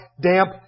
damp